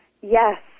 Yes